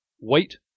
Wait